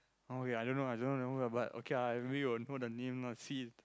oh okay I don't know I don't know the who lah but okay ah I maybe will know the name lah see if